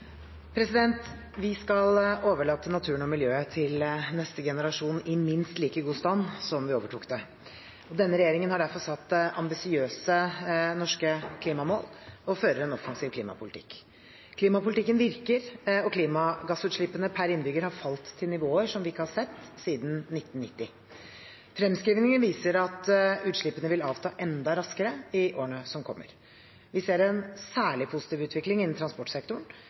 minst like god stand som da vi overtok den. Denne regjeringen har derfor satt ambisiøse norske klimamål og fører en offensiv klimapolitikk. Klimapolitikken virker, og klimagassutslippene per innbygger har falt til nivåer vi ikke har sett siden 1990. Fremskrivningene viser at utslippene vil avta enda raskere i årene som kommer. Vi ser en særlig positiv utvikling innen transportsektoren.